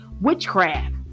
witchcraft